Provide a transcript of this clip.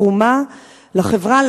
תרומה לחברה,